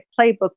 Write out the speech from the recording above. playbook